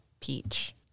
peach